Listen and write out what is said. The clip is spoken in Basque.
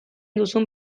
duzun